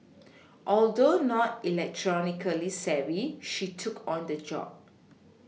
although not electronically savvy she took on the job